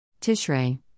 Tishrei